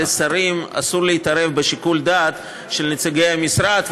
לשרים אסור להתערב בשיקול הדעת של נציגי המשרד,